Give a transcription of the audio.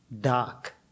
Dark